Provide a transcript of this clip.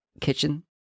kitchen